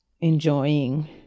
enjoying